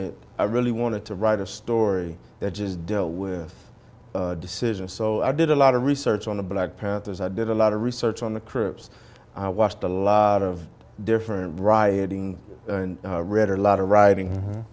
to i really wanted to write a story that just dealt with decisions so i did a lot of research on the black panthers i did a lot of research on the crips i watched a lot of different rioting read a lot of writing